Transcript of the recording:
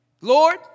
Lord